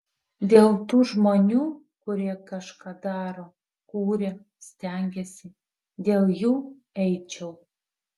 dėl tų žmonių kurie kažką daro kuria stengiasi dėl jų eičiau